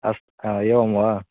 अस्तु हा एवं वा